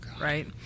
right